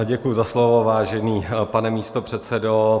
Děkuji za slovo, vážený pane místopředsedo.